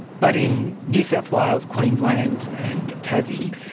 but in new south wales, queensland and tassie,